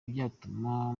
byatuma